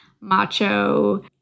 macho